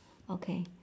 okay